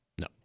No